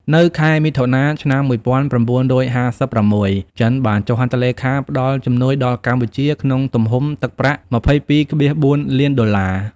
នៅខែមិថុនា ឆ្នាំ១៩៥៦ ចិនបានចុះហត្ថលេខាផ្តល់ជំនួយដល់កម្ពុជាក្នុងទំហំទឹកប្រាក់ ២២,៤ លានដុល្លារ។